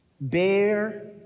Bear